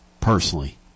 personally